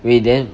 wait then